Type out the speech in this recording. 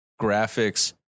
graphics